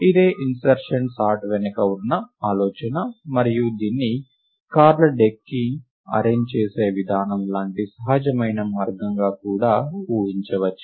ఇదే insertion sort వెనుక ఉన్న ఆలోచన మరియు దీన్ని కార్డ్ల డెక్ని అరేంజ్ చేసే విధానం లాంటి సహజమైన మార్గంగా కూడా ఊహించవచ్చు